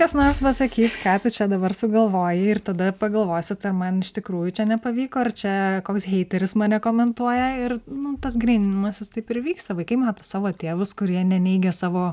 kas nors pasakys ką tu čia dabar sugalvojai ir tada pagalvosit ar man iš tikrųjų čia nepavyko ar čia koks heiteris mane komentuoja ir nu tas gryninimasis taip ir vyksta vaikai mato savo tėvus kurie neneigia savo